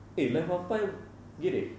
eh left of five get it